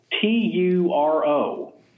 T-U-R-O